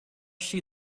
she